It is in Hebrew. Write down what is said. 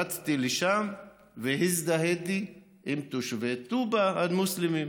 רצתי לשם והזדהיתי עם תושבי טובא המוסלמים.